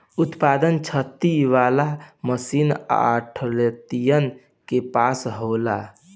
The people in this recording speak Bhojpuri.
उत्पादन छाँटे वाला मशीन आढ़तियन के पास होला